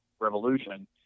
Revolution